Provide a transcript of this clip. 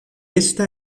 esta